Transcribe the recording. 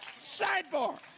sidebar